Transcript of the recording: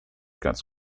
ganz